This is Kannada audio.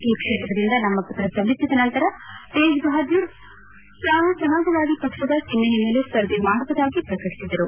ಈ ಕ್ಷೇತ್ರದಿಂದ ನಾಮಪತ್ರ ಸಲ್ಲಿಸಿದ ನಂತರ ತೇಜ್ಬಪ್ದೂರ್ ತಾವು ಸಮಾಜವಾದಿ ಪಕ್ಷದ ಚಿಷ್ನೆಯ ಮೇಲೆ ಸ್ಪರ್ಧೆ ಮಾಡುವುದಾಗಿ ಪ್ರಕಟಿಸಿದರು